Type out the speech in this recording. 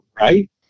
right